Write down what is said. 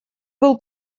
был